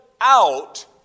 out